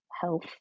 health